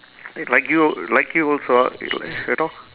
like you like you also ah you know